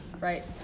right